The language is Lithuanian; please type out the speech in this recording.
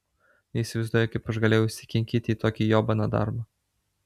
neįsivaizduoju kaip aš galėjau įsikinkyti į tokį jobaną darbą